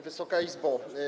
Wysoka Izbo!